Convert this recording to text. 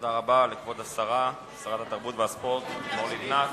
תודה רבה לכבוד שרת התרבות והספורט לימור לבנת.